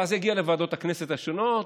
ואז יגיעו לוועדות הכנסת השונות,